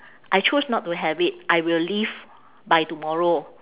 I chose not to have it I will leave by tomorrow